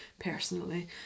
personally